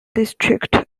district